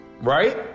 right